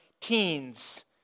teens